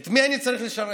את מי אני צריך לשרת?